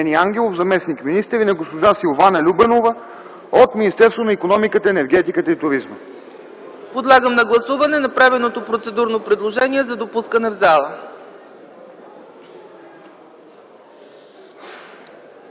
Подлагам на гласуване направеното процедурно предложение за допускане в залата.